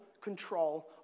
control